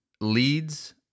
leads